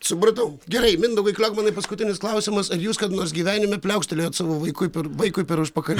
supratau gerai mindaugai kliokmanai paskutinis klausimas ar jūs kada nors gyvenime pliaukštelėjot savo vaikui per vaikui per užpakal